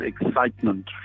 excitement